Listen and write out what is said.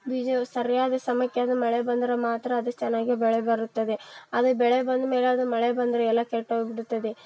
ಬೀಜವು ಸರಿಯಾದ ಸಮಯಕ್ಕೆ ಅದು ಮಳೆ ಬಂದ್ರೆ ಮಾತ್ರ ಅದು ಚೆನ್ನಾಗಿ ಬೆಳೆ ಬರುತ್ತದೆ ಅದು ಬೆಳೆ ಬಂದ ಮೇಲೆ ಅದು ಮಳೆ ಬಂದರೆ ಎಲ್ಲ ಕೆಟ್ಟೋಗಿಬಿಡುತ್ತದೆ